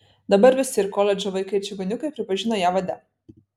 dabar visi ir koledžų vaikai ir čigoniukai pripažino ją vade